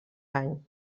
any